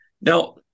Now